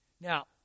Now